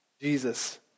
Jesus